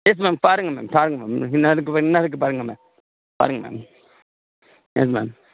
yes ma'am பாருங்கள் ma'am பாருங்கள் ma'am என்ன இருக்கு என்ன இருக்கு பாருங்கள் மேம் பாருங்கள் மேம் யெஸ் மேம்